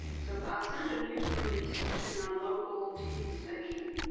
so if i send a news release to my local tv station,